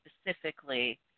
specifically